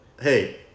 Hey